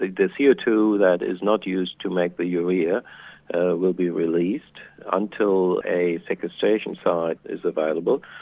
the the c o two that is not used to make the urea will be released until a sequestration site is available,